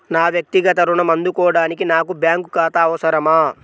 నా వక్తిగత ఋణం అందుకోడానికి నాకు బ్యాంక్ ఖాతా అవసరమా?